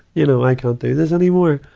you know, i can't do this anymore.